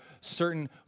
certain